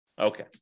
okay